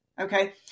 okay